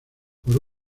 por